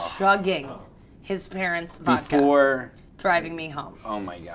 chugging his parent's vodka. before driving me home. oh my yeah